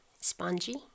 spongy